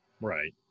Right